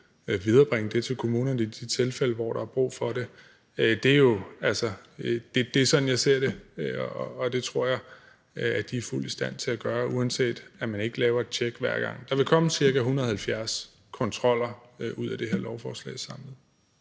viderebringe det til kommunerne i de tilfælde, hvor der er brug for det. Det er sådan, jeg ser det, og det tror jeg de fuldt ud er i stand til at gøre, uanset at man ikke laver et tjek hver gang. Der vil komme ca. 170 kontroller ud af det her lovforslag samlet